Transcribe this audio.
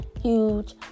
huge